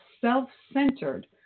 self-centered